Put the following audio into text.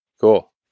Cool